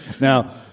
Now